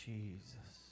Jesus